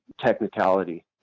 technicality